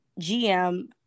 GM